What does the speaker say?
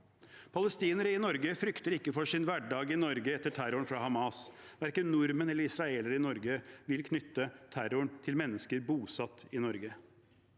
Palestinere i Norge frykter ikke for sin hverdag i Norge etter terroren fra Hamas. Verken nordmenn eller israelere i Norge vil knytte terroren til mennesker bosatt i Norge.